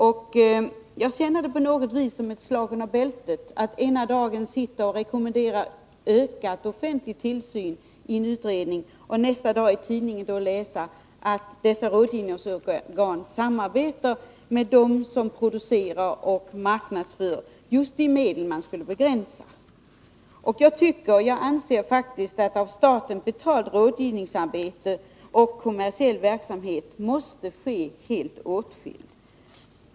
Det känns på något vis som ett slag under bältet när jag dagen efter det att jag i en utredning suttit och rekommenderat ökad offentlig tillsyn i tidningen får läsa att dessa rådgivningsorgan samarbetar med dem som producerar och marknadsför just de medel som man skulle begränsa användningen av. Jag anser faktiskt att av staten betalt rådgivningsarbete och kommersiell verksamhet måste ske helt åtskilt.